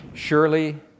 Surely